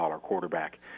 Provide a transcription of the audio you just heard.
quarterback